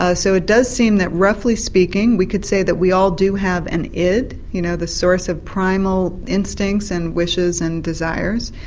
ah so it does seem that roughly speaking we could say that we all do have an id, you know, the source of primal instincts and wishes and desires.